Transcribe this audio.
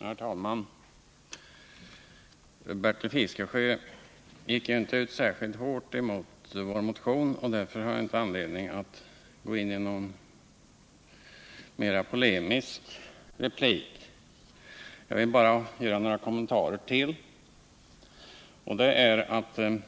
Herr talman! Bertil Fiskesjö gick inte ut särskilt hårt mot vår motion, och Onsdagen den därför har jag inte anledning till någon mera polemisk replik. Jag vill bara 16 april 1980 göra några kommentarer till hans anförande.